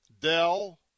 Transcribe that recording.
Dell